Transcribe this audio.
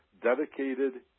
dedicated